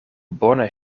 bone